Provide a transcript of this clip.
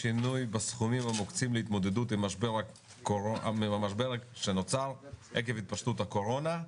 שינוי בסכומים המוקצים להתמודדות עם המשבר שנוצר עקב התפשטות הקורונה.